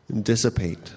dissipate